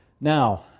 now